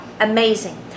amazing